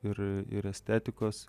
ir ir estetikos